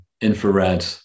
infrared